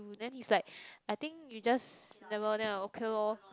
then he's like I think you just never then I like okay lor